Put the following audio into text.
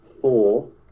four